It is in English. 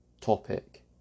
topic